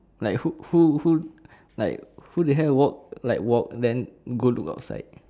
like who who who like who the hell work like walk then go to outside